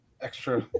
extra